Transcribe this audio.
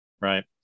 Right